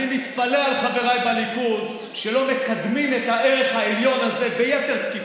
אני מתפלא על חבריי בליכוד שלא מקדמים את הערך העליון הזה ביתר תקיפות.